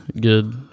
good